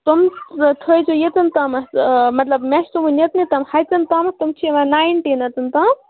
تِم تھٲیزیو ییٚتٮ۪ن تامَتھ مطلب مےٚ چھِ سُوٕنۍ یوٚتنُے تام ہَژٮ۪ن تامَتھ تِم چھِ یِوان نایِنٹیٖن اوٚتَن تام